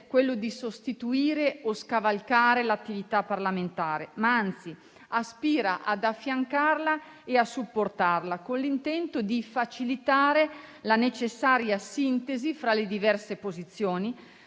quello di sostituire o scavalcare l'attività parlamentare; essa anzi aspira ad affiancarla e supportarla, con l'intento di facilitare la necessaria sintesi fra le diverse posizioni,